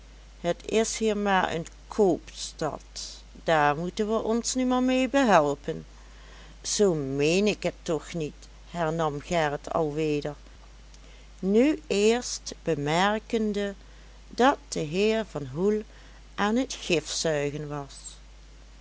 het is hier maar een koopstad daar moeten we ons nu maar mee behelpen zoo meen ik het toch niet hernam gerrit al weder nu eerst bemerkende dat de heer van hoel aan t gifzuigen was